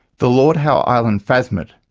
the lord howe island phasmid,